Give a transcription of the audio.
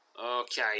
Okay